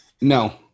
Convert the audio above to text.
No